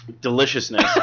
Deliciousness